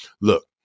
look